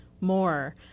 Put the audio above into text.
more